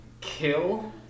kill